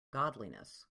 godliness